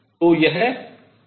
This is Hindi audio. तो यह E है